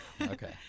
Okay